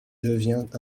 devient